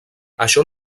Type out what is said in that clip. això